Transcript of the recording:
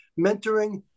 mentoring